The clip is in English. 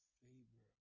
favor